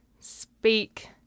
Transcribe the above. Speak